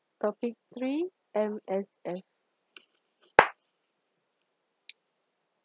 topic three M_S_F